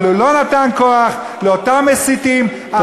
אבל הוא לא נתן כוח לאותם מסיתים.